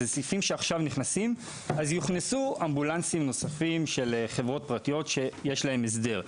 אז יוכנסו אמבולנסים נוספים של חברות פרטיות שיש להן הסדר.